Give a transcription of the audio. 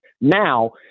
now